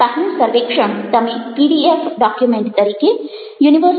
પહેલું સર્વેક્ષણ તમે પીડીએફ ડોક્યુમેન્ટ તરીકે યુનિ